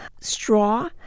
straw